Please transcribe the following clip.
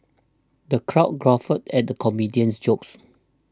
the crowd guffawed at the comedian's jokes